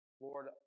Lord